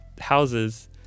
houses